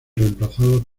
reemplazados